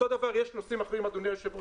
יש נושאים אחרים אדוני היו"ר,